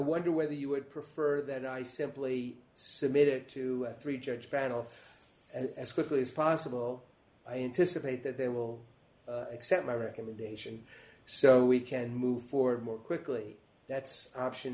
wonder whether you would prefer that i simply submit it to a three judge panel as quickly as possible i anticipate that they will accept my recommendation so we can move forward more quickly that's option